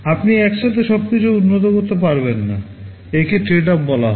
আপনি একসাথে সবকিছু উন্নত করতে পারবেন না একে trade off বলা হয়